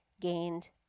gained